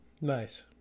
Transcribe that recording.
Nice